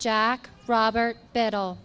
jack robert battle